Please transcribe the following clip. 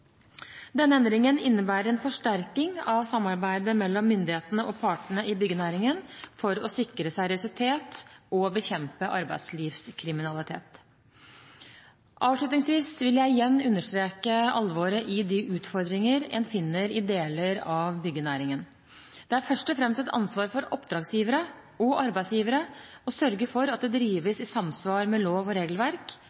Denne endringen innebærer en forsterkning av samarbeidet mellom myndighetene og partene i byggenæringen for å sikre seriøsitet og bekjempe arbeidslivskriminalitet. Avslutningsvis vil jeg igjen understreke alvoret i de utfordringer en finner i deler av byggenæringen. Det er først og fremst et ansvar for oppdragsgivere og arbeidsgivere å sørge for at det